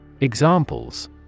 Examples